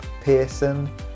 Pearson